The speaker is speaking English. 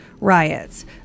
riots